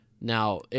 Now